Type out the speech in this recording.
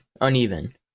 Uneven